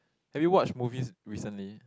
have you watched movies recently